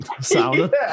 sound